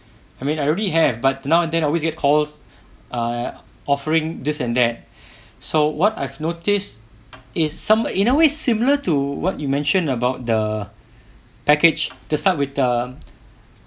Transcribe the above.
I mean I already have but now and then I always get calls err offering this and that so what I've notice is some in a way similar to what you mentioned about the package to start with the